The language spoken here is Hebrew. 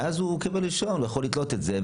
ואז הוא מקבל רישיון ויכול לתלות אותו.